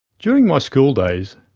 during my schooldays,